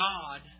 God